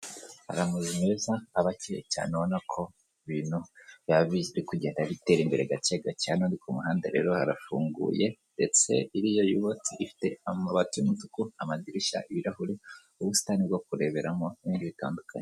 Hari amazu meza aba akeye cyane ubona ko ibintu biba biri kugenda bitera imbere gakegake, hano ni kumuhanda rero harafunguye ndetse iriya yubatse ifite amabati y'umutuku amadirishya ibirahuri ubusitani bwo kureberamo nibindi bitandukanye.